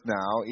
now